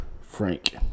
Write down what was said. Frank